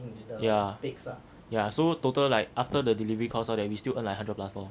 yeah yeah so total like after the delivery costs all that we still earn like hundred plus lor